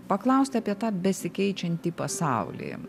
paklausti apie tą besikeičiantį pasaulį